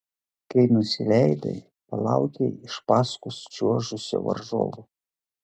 kai nusileidai palaukei iš paskus čiuožusio varžovo